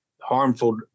harmful